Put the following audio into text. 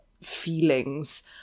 feelings